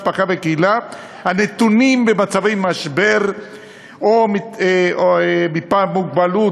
משפחה וקהילה הנתונים במצבי משבר או מפאת מוגבלות,